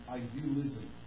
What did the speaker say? idealism